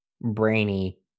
brainy